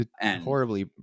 Horribly